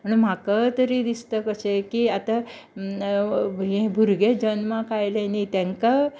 म्हण म्हाका तरी दिसता कशें की आतां हे भुरगें जल्माक आयलें न्ही तेंकां